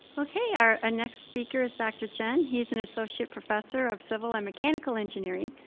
okay, our next speaker is dr. chen. he is an associate professor of civil and mechanical engineering.